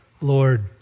Lord